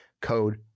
code